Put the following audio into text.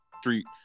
street